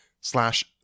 slash